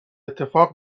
اتفاق